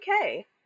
okay